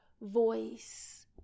voice